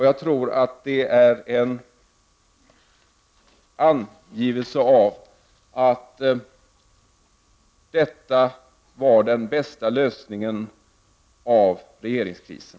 Jag tror att detta anger att denna lösning var den bästa lösningen av regeringskrisen.